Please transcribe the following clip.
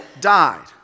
died